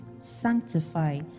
sanctify